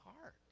heart